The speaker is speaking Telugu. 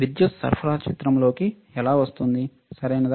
విద్యుత్ సరఫరా చిత్రంలోకి ఎలా వస్తుంది సరియైనదా